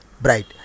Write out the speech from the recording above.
bright